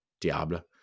Diable